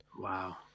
Wow